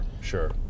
sure